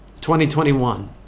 2021